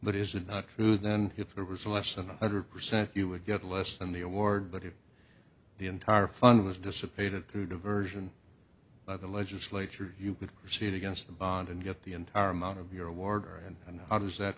but is it not true then if it was less than one hundred percent you would get less than the award but if the entire fund was dissipated through diversion by the legislature you could proceed against the bond and get the entire amount of your award and how does that